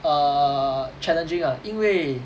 err challenging ah 因为